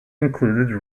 included